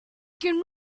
can